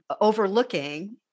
overlooking